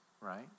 right